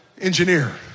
engineer